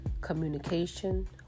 communication